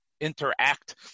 interact